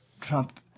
Trump